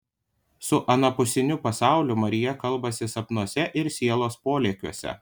su anapusiniu pasauliu marija kalbasi sapnuose ir sielos polėkiuose